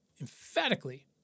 emphatically